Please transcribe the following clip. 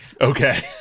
Okay